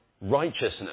righteousness